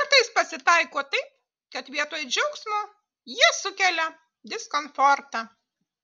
kartais pasitaiko taip kad vietoj džiaugsmo jie sukelia diskomfortą